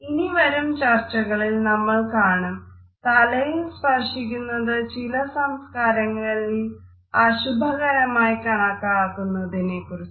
ഇനി വരും ചർച്ചകളിൽ നമ്മൾ കാണും തലയിൽ സ്പർശിക്കുന്നത് ചില സംസ്കാരങ്ങളിൽ അശുഭകരമായി കണക്കാക്കുന്നതിനെക്കുറിച്ച്